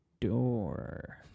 door